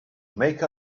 make